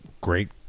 great